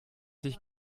sich